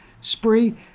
spree